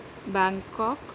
Bangkok